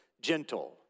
gentle